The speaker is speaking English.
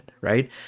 Right